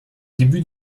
début